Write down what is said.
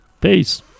peace